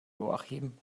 joachim